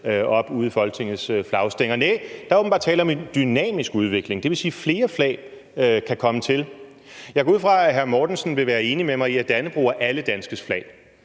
op ude i Folketingets flagstænger. Næ, der er åbenbart tale om en dynamisk udvikling, hvilket vil sige, at flere flag kan komme til. Jeg går ud fra, at hr. Mortensen vil være enig med mig i, at Dannebrog er alle danskes flag.